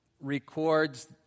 records